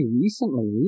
recently